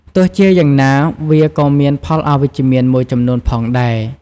ទោះជាយ៉ាងណាវាក៏មាន ផលអវិជ្ជមាន មួយចំនួនផងដែរ។